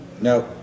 no